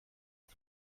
aus